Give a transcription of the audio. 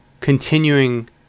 continuing